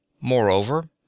Moreover